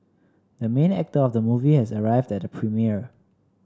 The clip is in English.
the main actor of the movie has arrived at the premiere